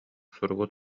суругу